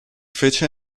fece